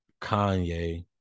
kanye